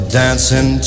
dancing